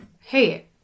hey